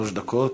שלוש דקות.